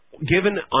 Given